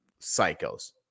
psychos